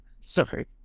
Sorry